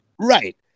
Right